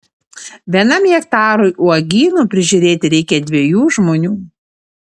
vienam hektarui uogynų prižiūrėti reikia dviejų žmonių